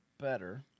better